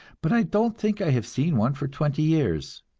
but i don't think i have seen one for twenty years.